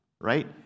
right